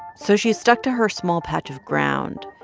so she stuck to her small patch of ground,